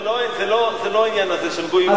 לא, זה לא, זה לא, זה לא העניין הזה של גויים.